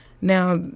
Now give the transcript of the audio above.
Now